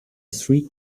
three